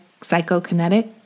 psychokinetic